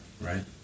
right